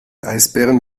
eisbären